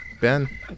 Ben